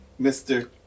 Mr